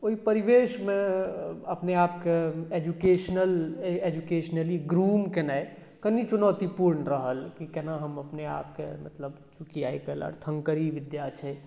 ओइ परिवेशमे अपने आपके एजुकेशनल ए एजुकेशनली ग्रूम केनाइ कनि चुनौतीपूर्ण रहल कि केना हम अपने आपके मतलब चुँकि आइ काल्हि अर्थंकरी विद्या छै